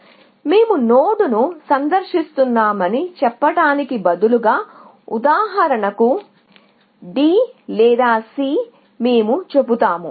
ఉదాహరణకు మేము నోడ్ను సందర్శిస్తున్నామని చెప్పడానికి బదులుగా D లేదా C అని మేము చెబుతాము